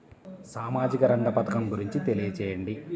సామాజిక రంగ పథకం గురించి తెలియచేయండి?